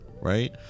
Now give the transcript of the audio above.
right